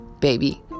baby